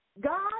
God